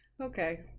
Okay